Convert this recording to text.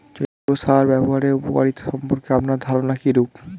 জৈব সার ব্যাবহারের উপকারিতা সম্পর্কে আপনার ধারনা কীরূপ?